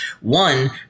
One